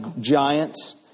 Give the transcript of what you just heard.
giant